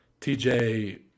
TJ